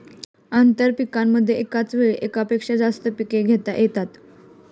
आंतरपीकांमध्ये एकाच वेळी एकापेक्षा जास्त पिके घेता येतात